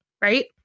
right